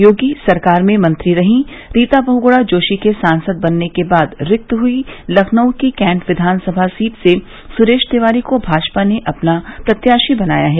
योगी सरकार में मंत्री रहीं रीता बहुगुणा जोशी के सांसद बनने के बाद रिक्त हुई लखनऊ की कैंट विधानसभा सीट से सुरेश तिवारी को भाजपा ने अपना प्रत्याशी बनाया है